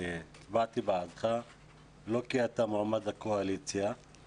זה רק אומר שצריך יהיה להיות קצר יחסית וחותך